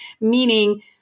meaning